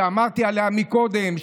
שדיברתי עליה קודם,